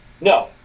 no